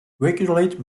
regulate